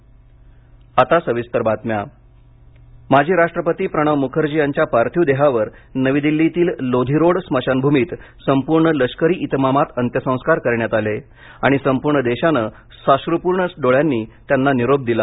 अत्यसंस्कार माजी राष्ट्रपती प्रणव मुखर्जी यांच्या पार्थिव देहावर नवी दिल्लीतील लोधी रोड स्मशानभूमीत संपूर्ण लष्करी इतमामात अंत्यसंस्कार करण्यात आले आणि संपूर्ण देशानं साश्रूपूर्ण डोळ्यांनी त्यांना निरोप दिला